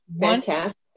Fantastic